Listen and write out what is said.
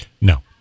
No